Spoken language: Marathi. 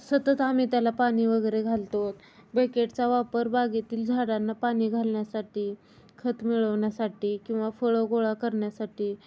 सतत आम्ही त्याला पाणी वगैरे घालतो बेकेटचा वापर बागेतील झाडांना पाणी घालण्यासाठी खत मिळवण्यासाठी किंवा फळं गोळा करण्यासाठी